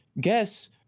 guess